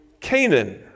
Canaan